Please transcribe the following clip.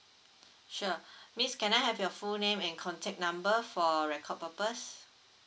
sure miss can I have your full name and contact number for record purpose